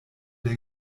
der